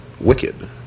wicked